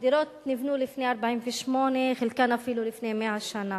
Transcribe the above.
הדירות נבנו לפני 1948, חלקן אפילו לפני 100 שנה.